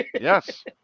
Yes